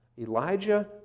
Elijah